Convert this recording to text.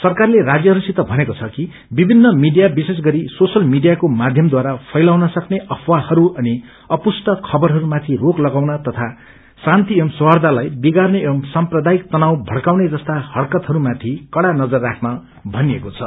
सरकारले राज्यहरूसित भनेको छ कि विभिन्न मीडिया विशेष गरी सोशत मीडियाको माध्यमद्वारा फैलाउ सक्ने अफवाहहरू अनि अपुष्ट खबरहरूमाथि रोक लगाउन तथा शान्ति एवं सौडार्दलाई विर्गनि एवं साम्प्रदायिक तनाव भइकाउने जस्ता हरकतहरूमाथि कडा नजर राख्न भनिएको छ